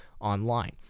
online